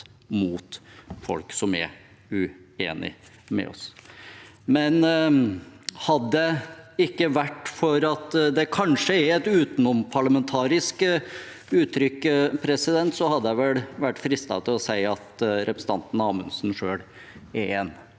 med folk som er uenige med oss. Men hadde det ikke vært for at det kanskje er et utenomparlamentarisk uttrykk, hadde jeg vel vært fristet til å si at representanten Amundsen selv er en av